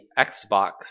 Xbox